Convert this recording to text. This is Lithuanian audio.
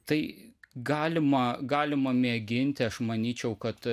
tai galima galima mėginti aš manyčiau kad